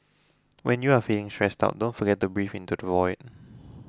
when you are feeling stressed out don't forget to breathe into the void